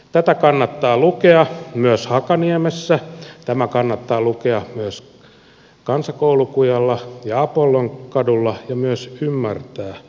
tätä kannattaa lukea myös hakaniemessä tämä kannattaa lukea myös kansakoulukujalla ja apollonkadulla ja myös ymmärtää lukemansa